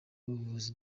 ubuvuzi